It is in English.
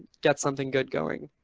get something good going.